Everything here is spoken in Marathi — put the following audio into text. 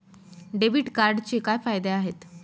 डेबिट कार्डचे काय फायदे आहेत?